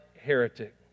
heretic